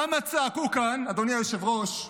כמה צעקו כאן, אדוני היושב-ראש,